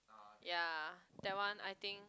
ya that one I think